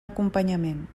acompanyament